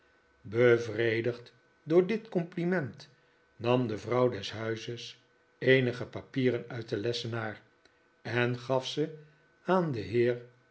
bevredigd door dit compliment nam de vrouw des huizes eenige papieren uit den lessenaar en gaf ze aan den heer